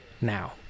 now